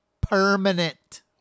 permanent